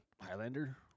Highlander